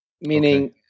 Meaning